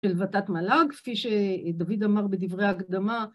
של ות"ת מל"ג, כפי שדויד אמר בדברי ההקדמה.